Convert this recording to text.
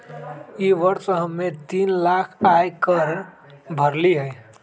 ई वर्ष हम्मे तीन लाख आय कर भरली हई